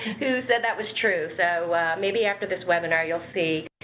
who said that was true. so maybe after this webinar you'll see